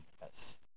Yes